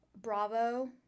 Bravo